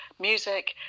music